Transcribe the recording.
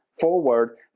forward